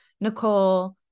Nicole